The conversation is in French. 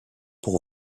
pour